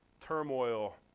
turmoil